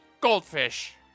Goldfish